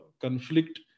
conflict